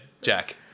Jack